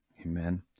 amen